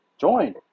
Join